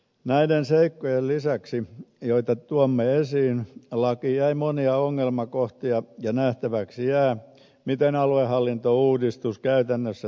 näiden seikkojen lisäksi joita tuomme esiin lakiin jäi monia ongelmakohtia ja nähtäväksi jää miten aluehallintouudistus käytännössä toimii